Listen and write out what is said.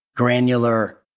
Granular